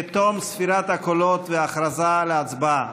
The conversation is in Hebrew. בתום ספירת הקולות וההכרזה על ההצבעה,